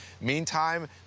Meantime